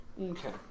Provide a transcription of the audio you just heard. Okay